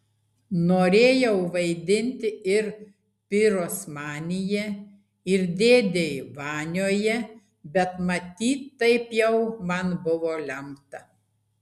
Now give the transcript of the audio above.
norėjau vaidinti ir pirosmanyje ir dėdėj vanioje bet matyt taip jau man buvo lemta